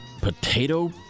Potato